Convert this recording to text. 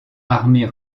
armée